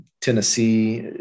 Tennessee